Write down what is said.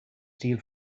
steal